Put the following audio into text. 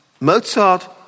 Mozart